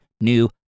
new